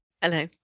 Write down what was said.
Hello